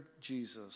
Jesus